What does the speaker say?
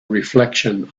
reflection